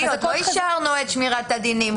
חכי, עוד לא אישרנו את שמירת הדינים.